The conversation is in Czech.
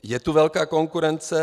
Je tu velká konkurence.